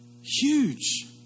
Huge